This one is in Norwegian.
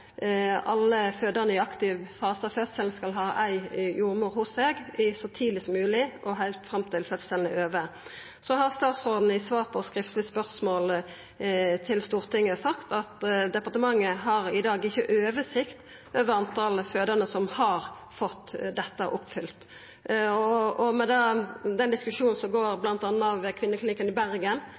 fødande i aktiv fase av fødselen skal ha ei jordmor hos seg, så tidleg som mogleg og heilt fram til fødselen er over. Så har statsråden i svar på skriftleg spørsmål til Stortinget sagt at departementet i dag ikkje har oversikt over talet på fødande som har fått dette oppfylt. Med den diskusjonen som går bl.a. ved Kvinneklinikken i Bergen,